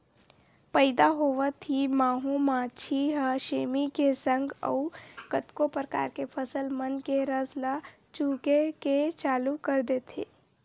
पइदा होवत ही माहो मांछी ह सेमी के संग अउ कतको परकार के फसल मन के रस ल चूहके के चालू कर देथे